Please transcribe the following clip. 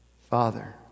Father